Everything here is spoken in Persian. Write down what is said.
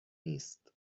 نیست